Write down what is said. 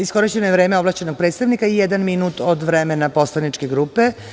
Iskorišćeno je vreme ovlašćenog predstavnika i jedan minut od vremena poslaničke grupe.